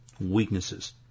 weaknesses